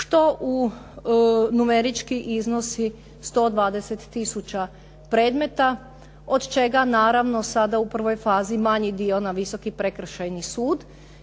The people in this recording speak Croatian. što numerički iznosi 120 tisuća predmeta, od čega naravno sada u prvoj fazi manji dio na Visoki prekršajni sud